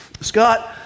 Scott